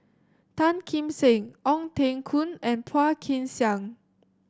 Tan Kim Seng Ong Teng Koon and Phua Kin Siang